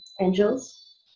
angels